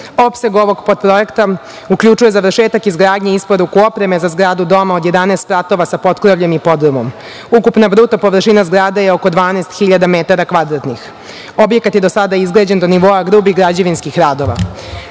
Opseg ovog potprojekta uključuje završetak izgradnje i isporuku opreme za zgradu doma od 11 spratova sa potkrovljem i podrumom. Ukupna bruto površina zgrade je oko 12.000 metara kvadratnih. Objekat je do sada izgrađen do nivoa grubih građevinskih radova. Glavna